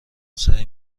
سعی